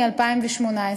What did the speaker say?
הישראלי,